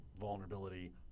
vulnerability